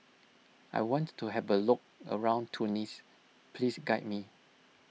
I want to have a look around Tunis please guide me